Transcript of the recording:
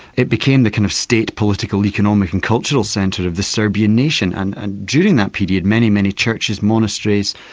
it became the kind of state political and economic and cultural centre of the serbian nation, and and during that period, many, many churches, monasteries,